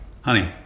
Honey